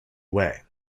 way